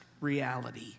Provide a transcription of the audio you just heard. reality